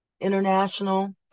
International